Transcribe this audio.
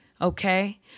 Okay